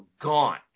gone